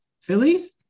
Phillies